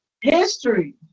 History